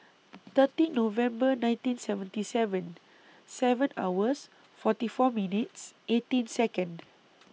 thirteen November nineteen seventy seven seven hours forty four minutes eighteen Second